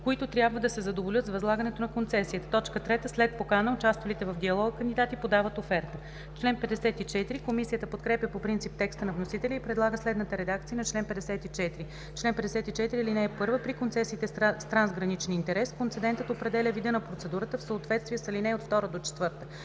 които трябва да се задоволят с възлагането на концесията; 3. след покана участвалите в диалога кандидати подават оферта.“ Комисията подкрепя по принцип текста на вносителя и предлага следната редакция на чл. 54: „Чл. 54. (1) При концесиите с трансграничен интерес концедентът определя вида на процедурата в съответствие с ал. 2 - 4.